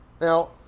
Now